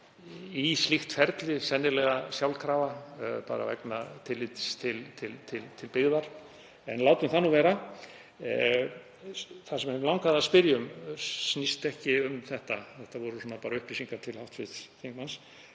í slíkt ferli, sennilega sjálfkrafa, vegna tillits til byggðar. En látum það nú vera. Það sem mig langaði að spyrja um snýst ekki um þetta, þetta voru bara upplýsingar til hv. þingmanns,